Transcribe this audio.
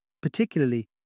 particularly